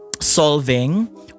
solving